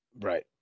Right